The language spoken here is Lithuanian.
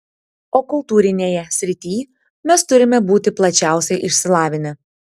o kultūrinėje srityj mes turime būti plačiausiai išsilavinę